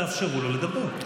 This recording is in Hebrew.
תאפשרו לו לדבר.